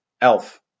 Elf